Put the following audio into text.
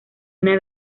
una